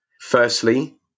firstly